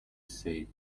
say